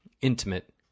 intimate